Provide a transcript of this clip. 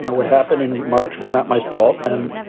you know what happened in march was not my fault. and